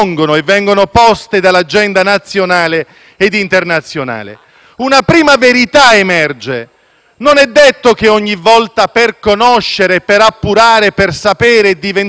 Una prima verità emerge: non è detto che ogni volta, per conoscere, per appurare e diventare consapevoli ci sia bisogno di sbattere il muso